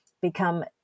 become